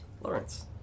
Lawrence